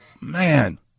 Man